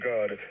God